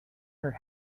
her